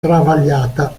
travagliata